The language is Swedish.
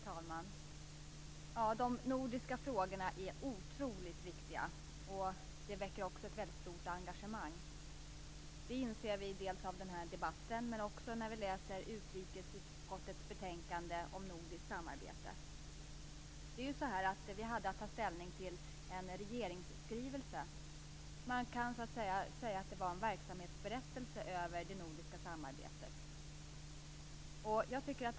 Fru talman! De nordiska frågorna är otroligt viktiga. De väcker också ett stort engagemang. Det inser vi dels av denna debatt, dels när vi läser utrikesutskottets betänkande om nordiskt samarbete. Vi hade att ta ställning till en regeringsskrivelse. Det var en verksamhetsberättelse över det nordiska samarbetet.